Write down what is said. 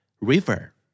River